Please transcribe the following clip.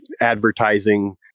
advertising